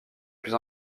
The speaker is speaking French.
plus